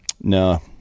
No